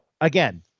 again